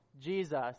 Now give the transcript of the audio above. Jesus